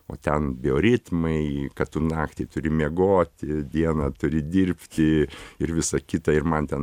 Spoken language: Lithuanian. o ten bioritmai kad tu naktį turi miegoti dieną turi dirbti ir visą kitą ir man ten